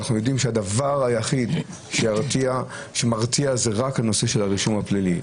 אנחנו יודעים שהדבר היחיד שמרתיע זה רק הנושא של הרישום הפלילי.